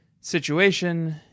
situation